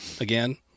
again